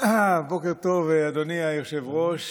בוקר טוב, אדוני היושב-ראש.